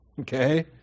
okay